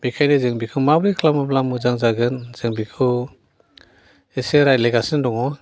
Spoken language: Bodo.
बेखायनो जों बेखौ माब्रै खालामोब्ला मोजां जागोन जों बेखौ एसे रायज्लायगासिनो दङ